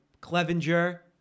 Clevenger